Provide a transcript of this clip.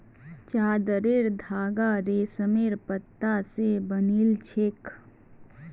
चादरेर धागा रेशमेर पत्ता स बनिल छेक